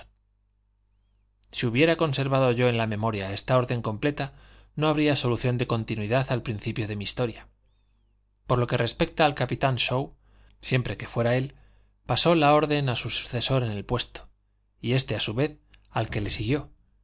si hubiera conservado yo en la memoria esta orden completa no habría solución de continuidad al principio de mi historia por lo que respecta al capitán shaw siempre que fuera él pasó la orden a su sucesor en el puesto y éste a su vez al que le siguió